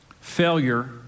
Failure